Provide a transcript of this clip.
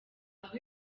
aho